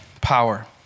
power